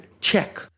check